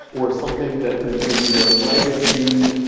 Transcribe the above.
or something that is going to be their legacy,